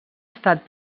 estat